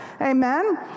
amen